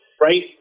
right